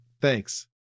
Thanks